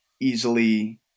easily